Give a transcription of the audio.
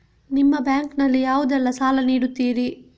ನಿಮ್ಮ ಬ್ಯಾಂಕ್ ನಲ್ಲಿ ಯಾವುದೇಲ್ಲಕ್ಕೆ ಸಾಲ ನೀಡುತ್ತಿರಿ?